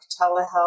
telehealth